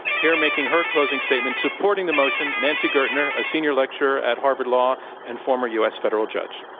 here making her closing statement supporting the motion, nancy gertner, a senior lecturer at harvard law and former u. s. federal judge.